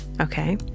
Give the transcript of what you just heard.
Okay